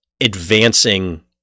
advancing